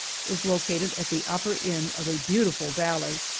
is located at the upper end of a beautiful valley,